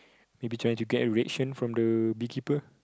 maybe trying to get a reaction from the bee keeper